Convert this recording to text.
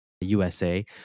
USA